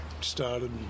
started